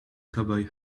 cowboy